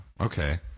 okay